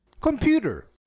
Computer